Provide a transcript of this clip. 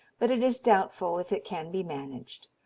but it is doubtful if it can be managed.